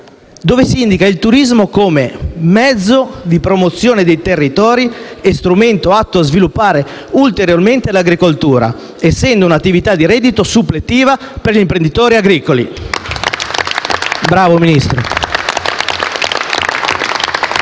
cui si indica il turismo come mezzo di promozione dei territori e strumento atto a sviluppare ulteriormente l'agricoltura, essendo una attività di reddito supplettiva per gli imprenditori agricoli. Bravo, Ministro!